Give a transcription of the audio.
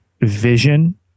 vision